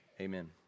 Amen